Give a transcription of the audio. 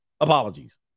Apologies